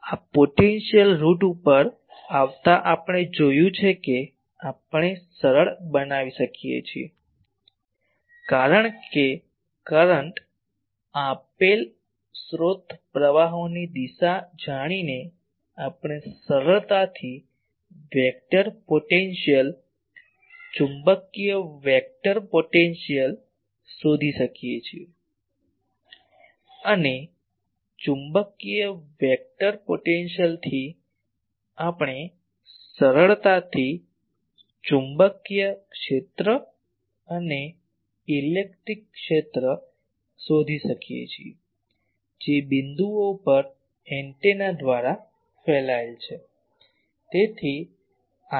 આ potential route પર આવતાં આપણે જોયું છે કે આપણે સરળ બનાવી શકીએ છીએ કારણ કે કરંટ આપેલ સ્રોત પ્રવાહોની દિશા જાણીને આપણે સરળતાથી વેક્ટર પોટેન્શિયલ ચુંબકીય વેક્ટર પોટેન્શિયલ શોધી શકીએ છીએ અને ચુંબકીય વેક્ટર પોટેન્શિયલથી આપણે સરળતાથી ચુંબકીય ક્ષેત્ર અને ઇલેક્ટ્રિક ક્ષેત્ર શોધી શકીએ છીએ જે બિંદુઓ પર એન્ટેના દ્વારા ફેલાયેલ છે